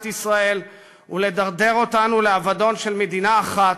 ישראל ולדרדר אותנו לאבדון של מדינה אחת,